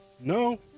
No